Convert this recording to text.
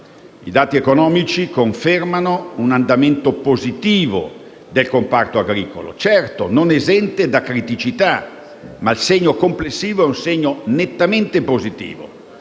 I dati economici confermano un andamento positivo del comparto agricolo; certo, non esente da criticità, ma il segno complessivo è nettamente positivo.